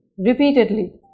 repeatedly